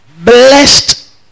blessed